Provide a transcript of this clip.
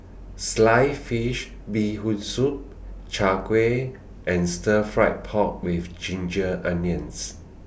Sliced Fish Bee Hoon Soup Chai Kuih and Stir Fry Pork with Ginger Onions